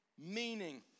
Meaning